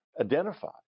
identified